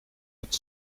het